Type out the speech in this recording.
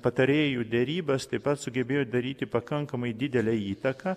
patarėjų derybas taip pat sugebėjo daryti pakankamai didelę įtaką